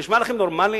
זה נשמע לכם נורמלי?